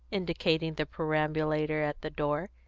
indicating the perambulator at the door,